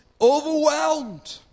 overwhelmed